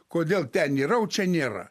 kodėl ten yra o čia nėra